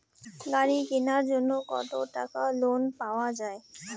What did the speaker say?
গাড়ি কিনার জন্যে কতো টাকা লোন পাওয়া য়ায়?